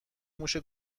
موش